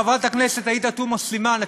חברת הכנסת עאידה תומא סלימאן,